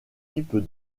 type